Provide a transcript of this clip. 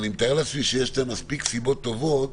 ואני מתאר לעצמי שיש להם מספיק סיבות טובות